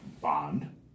Bond